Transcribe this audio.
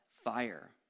fire